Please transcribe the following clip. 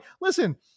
listen